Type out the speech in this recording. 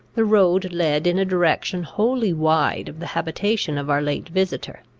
the road led in a direction wholly wide of the habitation of our late visitor.